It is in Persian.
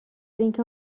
اینکه